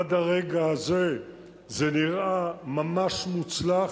עד הרגע הזה זה נראה ממש מוצלח.